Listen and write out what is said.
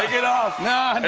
it off. no,